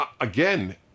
Again